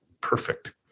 perfect